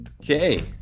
Okay